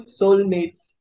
soulmates